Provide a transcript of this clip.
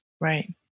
Right